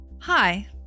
Hi